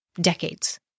decades